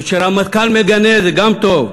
ושרמטכ"ל מגנה, זה גם טוב.